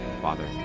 Father